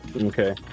Okay